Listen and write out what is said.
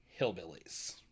hillbillies